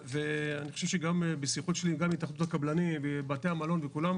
גם בשיחות שלי עם התאחדות הקבלנים ובתי המלון וכולם